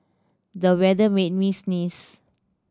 the weather made me sneeze